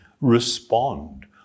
respond